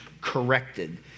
corrected